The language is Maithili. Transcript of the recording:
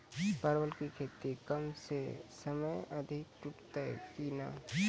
परवल की खेती कम समय मे अधिक टूटते की ने?